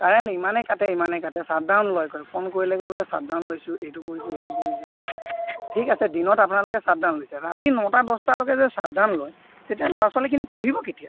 current ইমানেই কাটে ইমানেই কাটে শ্বাট ডাউন লয় কয় ফোন কৰিলে কয় বোলে শ্বাট ডাউন লৈছোঁ এইটো কৰিছোঁ সেইটো কৰিছোঁ ঠিক আছে দিনত আপোনালোকে ছাট ডাউন লৈছে ৰাতি নটা দহটালৈকে যে শ্বাট ডাউন লয় তেতিয়া ল'ৰা ছোৱালীখিনি পঢ়িব কেতিয়া